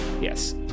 Yes